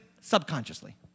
subconsciously